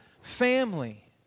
family